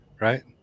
right